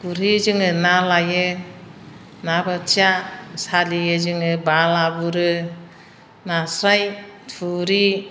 गुरहैयो जोङो ना लायो ना बोथिया सालियो जोङो बाला बुरो नास्राय थुरि